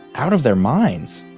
out of their minds?